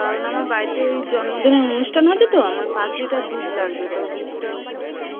কারণ আমার বাড়িতে ওই জন্মদিনের অনুষ্ঠান আছে তো আমার পাঁচ লিটার দুধ লাগবে তো দুধটা